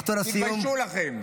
תתביישו לכם.